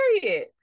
Period